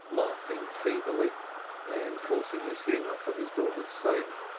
laughing feebly and forcing his humor for his daughter's sake.